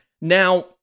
Now